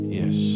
yes